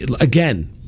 again